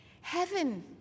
Heaven